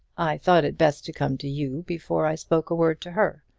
i thought it best to come to you before i spoke a word to her.